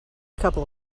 couple